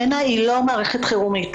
מנע היא לא מערכת חירומית.